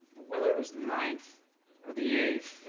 whether it was the ninth or the eighth,